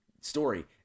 story